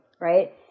right